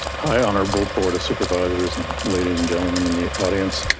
hi, honorable board of supervisors and lady and gentleman in the audience.